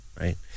right